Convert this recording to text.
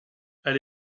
elle